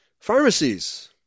pharmacies